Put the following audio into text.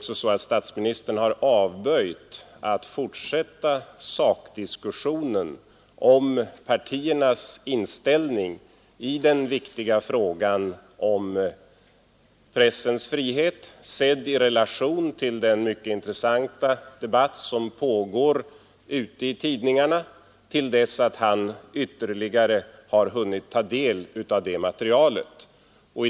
Statsministern har avböjt att fortsätta sakdiskussionen om partiernas inställning i den viktiga frågan om pressens frihet, sedd i relation till den mycket intressanta debatt som pågår i tidningarna, till dess att han ytterligare har hunnit ta del av materialet.